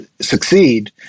succeed